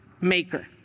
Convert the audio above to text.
maker